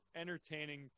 entertaining